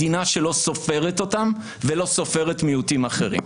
מדינה שלא סופרת אותם ולא סופרת מיעוטים אחרים.